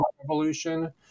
revolution